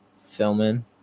filming